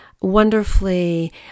wonderfully